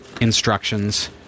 instructions